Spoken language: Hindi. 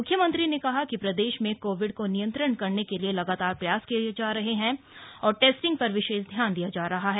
मुख्यमंत्री ने कहा कि प्रदेश में कोविड को नियंत्रित करने के लिए लगातार प्रयास किये जा रहे हैं और टेस्टिंग पर विशेष ध्यान दिया जा रहा है